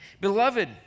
Beloved